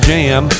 Jam